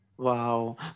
Wow